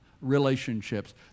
relationships